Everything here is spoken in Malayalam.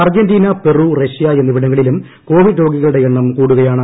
അർജന്റീന പെറു റഷ്യ എന്നിവിടങ്ങളിലും കോവിഡ് രോഗികളുടെ എണ്ണം കൂടുകയാണ്